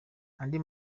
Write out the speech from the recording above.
andi